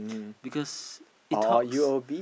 because it talks